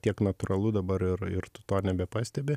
tiek natūralu dabar ir ir tu to nebepastebi